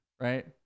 right